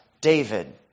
David